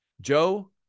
Joe